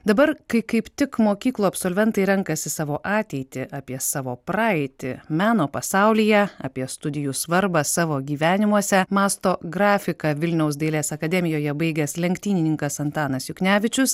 dabar kai kaip tik mokyklų absolventai renkasi savo ateitį apie savo praeitį meno pasaulyje apie studijų svarbą savo gyvenimuose mąsto grafiką vilniaus dailės akademijoje baigęs lenktynininkas antanas juknevičius